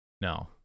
No